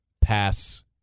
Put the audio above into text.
pass